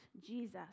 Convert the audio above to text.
Jesus